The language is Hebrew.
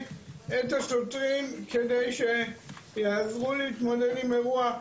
את השוטרים כדי שיעזרו להתמודד עם אירוע,